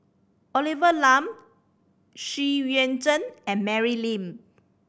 Olivia Lum Xu Yuan Zhen and Mary Lim